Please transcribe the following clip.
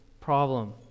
problem